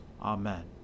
Amen